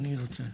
אני רוצה.